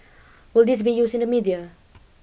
will this be used in the media